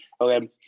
okay